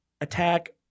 attack